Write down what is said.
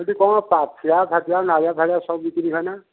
ସେଠି କଣ ତାଫିଆ ଫାଫିଆ ନାଳିଆ ଫାଳିଆ ସବୁ ବିକ୍ରି ହୁଏନା